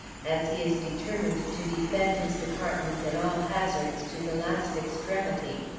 as he is determined to defend his department at all hazards to the last extremity.